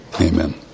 amen